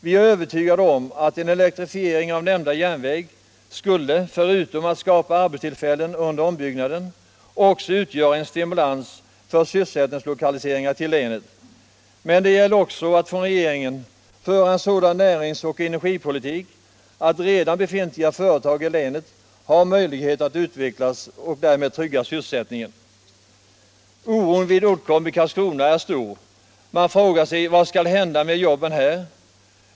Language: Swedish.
Vi är övertygade om att en elektrifiering av nämnda järnväg skulle, förutom att skapa arbetstillfällen under ombyggnaden, utgöra en stimulans för sysselsättningslokaliseringar till länet. Men det gäller också att regeringen för en sådan näringsoch energipolitik att redan befintliga företag i länet har möjlighet att utvecklas och därmed trygga sysselsättningen. Oron vid Uddcomb i Karlskrona är stor. Man frågar sig: Vad skall hända med jobben här?